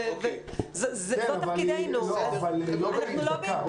זה תפקידנו, אנחנו לא בהתנצחות.